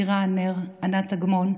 עירא ענר וענת אגמון,